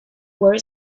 were